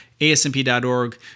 ASMP.org